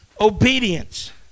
obedience